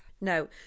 No